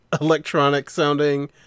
electronic-sounding